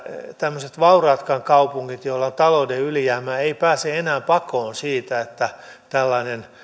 tämmöiset vauraatkaan kaupungit joilla on talouden ylijäämää eivät pääse enää pakoon sitä että tällainen